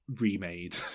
remade